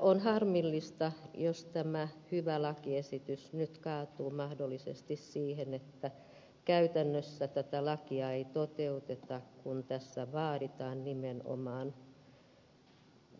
on harmillista jos tämä hyvä lakiesitys nyt kaatuu mahdollisesti siihen että käytännössä tätä lakia ei toteuteta kun tässä vaaditaan nimenomaan